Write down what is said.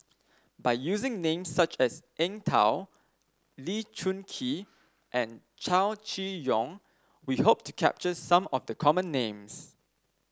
by using names such as Eng Tow Lee Choon Kee and Chow Chee Yong we hope to capture some of the common names